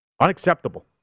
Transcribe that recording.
Unacceptable